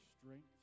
strength